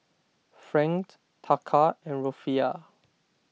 Franc Taka and Rufiyaa